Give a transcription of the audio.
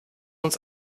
uns